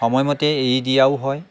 সময়মতে এৰি দিয়াও হয়